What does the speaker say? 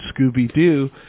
scooby-doo